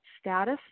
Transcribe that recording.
status